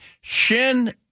Shin